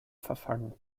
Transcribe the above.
verfangen